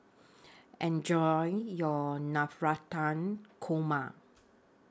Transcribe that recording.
Enjoy your Navratan Korma